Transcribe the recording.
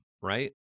right